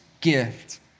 gift